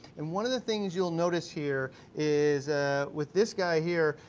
and one of the things you'll notice here, is ah with this guy here,